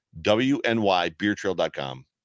WNYbeertrail.com